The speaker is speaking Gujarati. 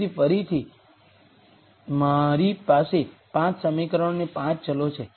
તેથી ફરીથી મારી પાસે 5 સમીકરણો અને 5 ચલો છે